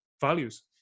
values